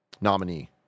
nominee